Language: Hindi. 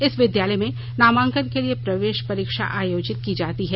इस विद्यालय में नामांकन के लिए प्रवे ा परीक्षा आयोजित की जाती है